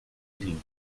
green